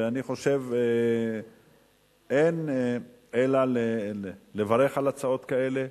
ואני חושב, אין אלא לברך על הצעות כאלה,